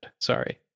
Sorry